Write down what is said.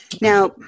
Now